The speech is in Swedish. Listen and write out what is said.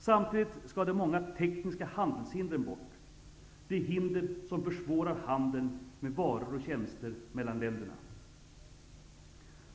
Samtidigt skall de många tekniska handelshindren bort -- de hinder som försvårar handeln med varor och tjänster mellan länderna.